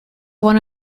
one